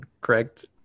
correct